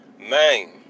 man